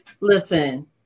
Listen